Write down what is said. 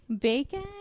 Bacon